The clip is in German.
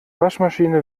waschmaschine